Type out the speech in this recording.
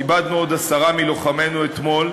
איבדנו עוד עשרה מלוחמינו אתמול.